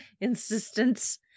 insistence